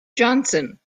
johnson